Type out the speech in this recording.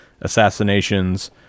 assassinations